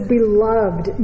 Beloved